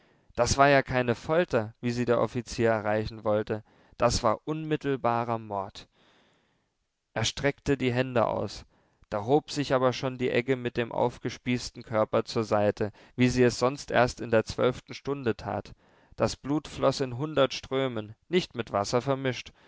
das war ja keine folter wie sie der offizier erreichen wollte das war unmittelbarer mord er streckte die hände aus da hob sich aber schon die egge mit dem aufgespießten körper zur seite wie sie es sonst erst in der zwölften stunde tat das blut floß in hundert strömen nicht mit wasser vermischt